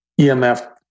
EMF